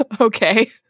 Okay